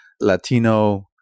Latino